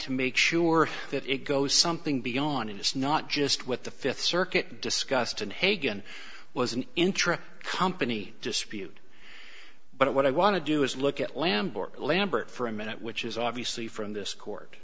to make sure that it goes something beyond and it's not just what the fifth circuit discussed in hagen was an intra company dispute but what i want to do is look at lambert lambert for a minute which is obviously from this court